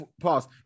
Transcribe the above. pause